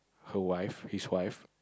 her wife his wife